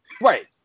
Right